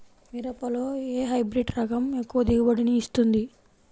మిరపలో ఏ హైబ్రిడ్ రకం ఎక్కువ దిగుబడిని ఇస్తుంది?